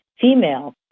female